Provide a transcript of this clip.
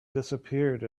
disappeared